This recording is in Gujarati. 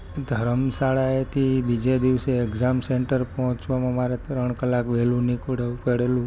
ધર્મશાળાએથી બીજે દિવસે એક્ઝામ સેન્ટર પહોંચવામાં મારે ત્રણ કલાક વહેલું નીકળવું પડેલું